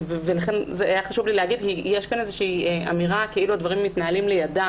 יש כאן אמירה כאילו הדברים מתנהלים לידם.